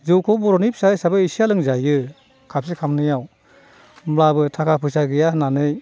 जौखौ बर'नि फिसा हिसाबै एसेया लोंजायो खाफसे खाफनैया होमब्लाबो थाखा फैसा गैया होननानै